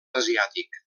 asiàtic